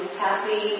happy